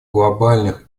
глобальных